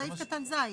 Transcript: סעיף קטן (ז).